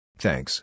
Thanks